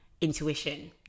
intuition